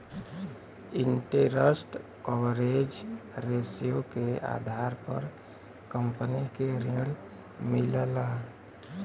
interest coverage ratio के आधार पर कंपनी के ऋण मिलला